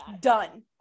done